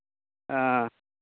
हाँ